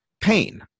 pain